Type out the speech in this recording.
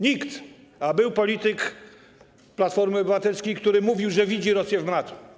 Nikt. A był polityk Platformy Obywatelskiej, który mówił, że widzi Rosję w NATO.